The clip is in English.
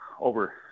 over